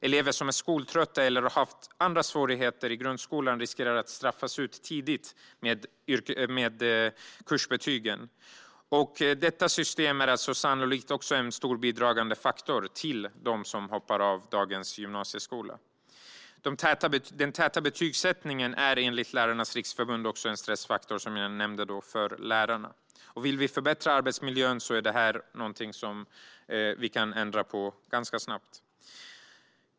Elever som är skoltrötta eller har haft andra svårigheter i grundskolan riskerar att straffas ut tidigt i och med kursbetygen. Detta system är alltså sannolikt en starkt bidragande faktor till avhoppen från dagens gymnasieskola. Den täta betygssättningen är enligt Lärarnas Riksförbund också en stressfaktor för lärarna. Om vi vill förbättra arbetsmiljön är detta någonting som vi ganska snabbt kan ändra på.